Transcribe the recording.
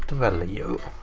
value.